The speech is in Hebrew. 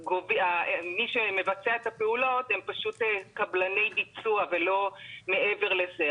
ומי שמבצע את הפעולות הם פשוט קבלני ביצוע ולא מעבר לזה.